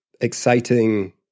exciting